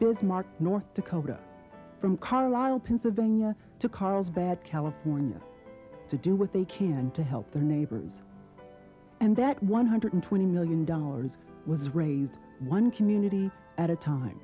bismarck north dakota from carlisle pennsylvania to carlsbad california to do what they can to help their neighbors and that one hundred twenty million dollars was raised one community at a